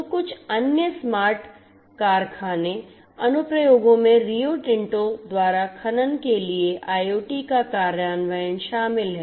तो कुछ अन्य स्मार्ट कारखाने अनुप्रयोगों में रियो टिंटो द्वारा खनन के लिए IoT का कार्यान्वयन शामिल है